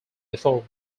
before